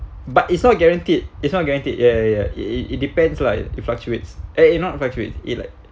but it's not a guaranteed it's not a guaranteed ya ya it it depends lah it fluctuates eh it not fluctuate it like